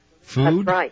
Food